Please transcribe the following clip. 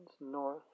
north